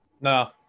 No